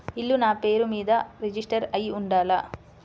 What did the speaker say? ఇల్లు నాపేరు మీదే రిజిస్టర్ అయ్యి ఉండాల?